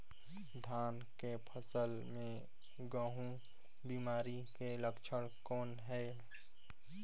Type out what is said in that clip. धान के फसल मे महू बिमारी के लक्षण कौन हे?